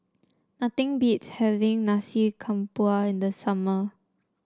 nothing beats having Nasi Campur in the summer